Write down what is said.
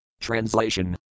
Translation